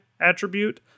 attribute